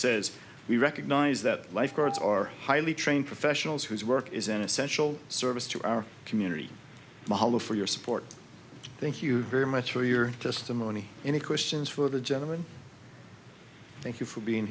says we recognize that lifeguards are highly trained professionals whose work is an essential service to our community mahalo for your support thank you very much for your testimony in the questions for the gentleman thank you for being